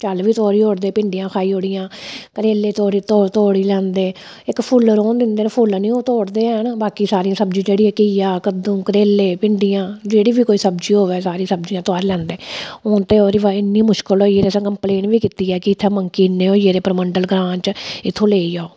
झल्ल लग्गे दे भिंडियां तोड़ी ओड़ियां करेले खाई ओड़े इक्क फुल्ल निं तोड़दे न बाकी सारे फल्ल सब्ज़ी करेले भिंडियां सब्जियां जेह्ड़ी बी होऐ तोड़ी लैंदे हून राह्न बी मुशकल होई गेदा कम्पलेन बी कीती की मंकी किन्ने होई गेदे परमंडल ग्रां च किन्ने होई गेदे न लेई जाओ